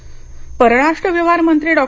जयशंकर परराष्ट्र व्यवहार मंत्री डॉ